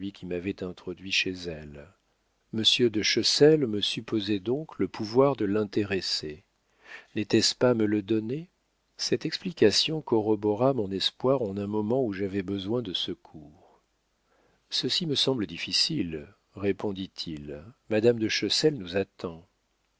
qui m'avait introduit chez elle monsieur de chessel me supposait donc le pouvoir de l'intéresser n'était-ce pas me le donner cette explication corrobora mon espoir en un moment où j'avais besoin de secours ceci me semble difficile répondit-il madame de chessel nous attend